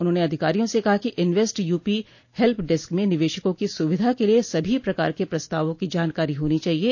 उन्होंने अधिकारियों से कहा कि इन्वेस्ट यूपी हेल्प डेस्क में निवेशकों की सुविधा के लिये सभी प्रकार के प्रस्तावों की जानकारी होनी चाहिये